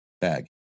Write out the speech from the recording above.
bag